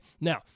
now